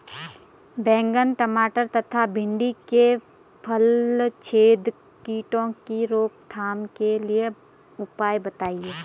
बैंगन टमाटर तथा भिन्डी में फलछेदक कीटों की रोकथाम के उपाय बताइए?